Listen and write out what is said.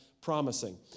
promising